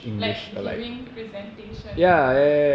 like giving presentation